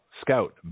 scout